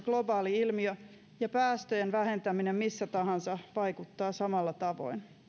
globaali ilmiö ja päästöjen vähentäminen missä tahansa vaikuttaa samalla tavoin